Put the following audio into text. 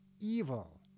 evil